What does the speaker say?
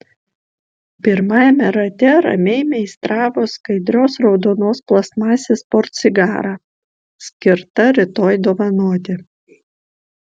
pirmajame rate ramiai meistravo skaidrios raudonos plastmasės portsigarą skirtą rytoj dovanoti